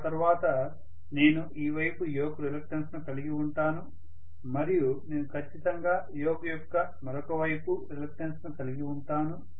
ఆ తర్వాత నేను ఈ వైపు యోక్ రిలక్టన్స్ ను కలిగి ఉంటాను మరియు నేను ఖచ్చితంగా యోక్ యొక్క మరొక వైపు రిలక్టన్స్ ను కలిగి ఉంటాను